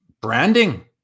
branding